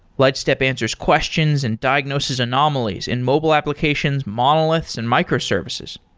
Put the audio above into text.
lightstep answers questions and diagnoses anomalies in mobile applications, monoliths and microservices.